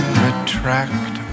retract